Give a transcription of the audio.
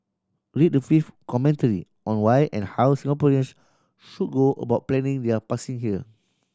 read the fifth commentary on why and how Singaporeans should go about planning their passing here